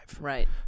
Right